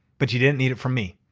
but you didn't need it from me.